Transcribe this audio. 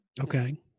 Okay